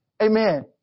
Amen